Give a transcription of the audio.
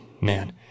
man